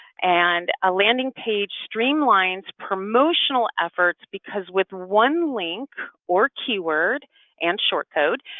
and a landing page streamlines promotional efforts because with one link or keyword and short code,